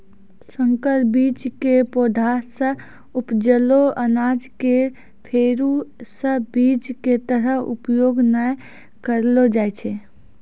संकर बीज के पौधा सॅ उपजलो अनाज कॅ फेरू स बीज के तरह उपयोग नाय करलो जाय छै